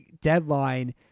deadline